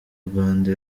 rwanda